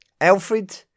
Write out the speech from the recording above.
Alfred